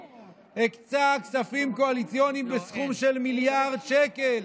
הקצה כספים קואליציוניים בסכום של מיליארד שקל